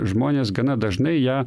žmonės gana dažnai ją